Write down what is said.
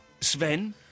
Sven